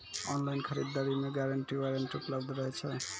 Online खरीद दरी मे गारंटी वारंटी उपलब्ध रहे छै?